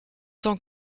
tant